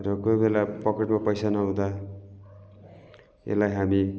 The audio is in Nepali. र कोही बेला पकेटमा पैसा नहुँदा यसलाई हामी